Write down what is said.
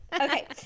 Okay